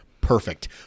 perfect